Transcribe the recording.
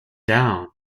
down